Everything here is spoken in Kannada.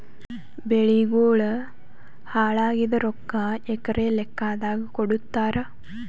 ಬೆಳಿಗೋಳ ಹಾಳಾಗಿದ ರೊಕ್ಕಾ ಎಕರ ಲೆಕ್ಕಾದಾಗ ಕೊಡುತ್ತಾರ?